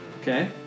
Okay